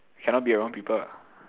cannot be around people